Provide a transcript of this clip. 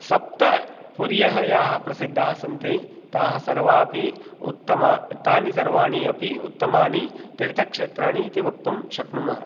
सप्त पुर्यः याः प्रसिद्धास्सन्ति ताः सर्वापि उत्तमा तानि सर्वाणि अपि उत्तमानि तीर्थक्षेत्राणि इति वक्तुं शक्नुमः